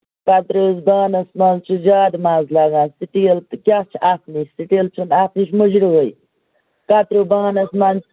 کَتریو بانَس منٛز چھُ زیادٕ مَزٕ لگان سِٹیٖل تہِ کیٛاہ چھُ اصلٕے سِٹیٖل چھُنہٕ اَتھ نِش مُجروٗہٕے کَتریو بانَس منٛز